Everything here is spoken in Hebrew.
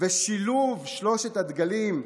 ושילוב שלושת הדגלים,